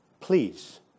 Please